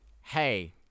Hey